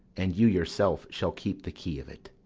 and you yourself shall keep the key of it.